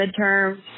midterm